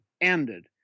ended